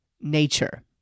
nature